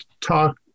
talk